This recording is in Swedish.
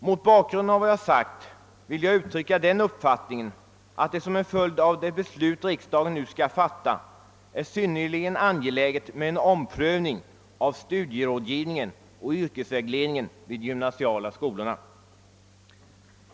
Mot bakgrunden av vad jag sagt vill jag framhålla, att det som en följd av det beslut riksdagen nu skall fatta är synnerligen angeläget med en omprövning av studierådgivningen och yrkesvägledningen vid de gymnasiala skolorna.